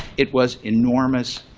it was enormous,